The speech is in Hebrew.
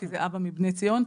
כי זה אבא מ- "בני ציון",